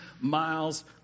miles